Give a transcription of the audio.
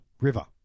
River